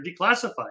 declassified